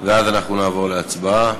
ואז אנחנו נעבור להצבעה.